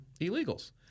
illegals